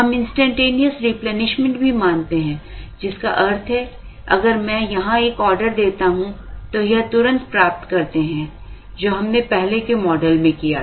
हम instantaneous replenishment भी मानते हैं जिसका अर्थ है अगर मैं यहां एक ऑर्डर देता हूं तो यह तुरंत प्राप्त करते हैं जो हमने पहले के मॉडल में किया था